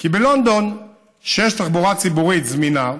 כי בלונדון, כשיש תחבורה ציבורית זמינה,